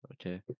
Okay